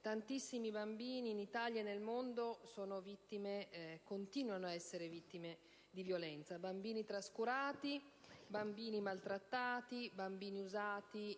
tantissimi bambini in Italia e nel mondo sono e continuano ad essere vittime di violenza: bambini trascurati, maltrattati, usati,